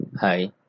hi